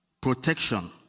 protection